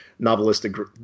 novelistic